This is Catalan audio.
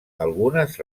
algunes